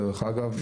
בדרך אגב,